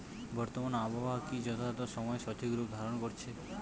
বর্তমানে আবহাওয়া কি যথাযথ সময়ে সঠিক রূপ ধারণ করছে?